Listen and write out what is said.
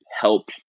help